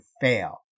fail